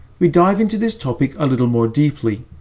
we dive into this topic a little more deeply,